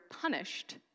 punished